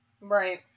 Right